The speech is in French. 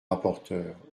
rapporteur